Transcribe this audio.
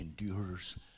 endures